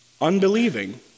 unbelieving